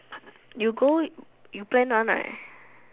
you go you plan one right